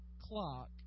clock